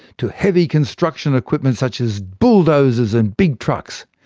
to heavy construction equipment such as bulldozers and big trucks.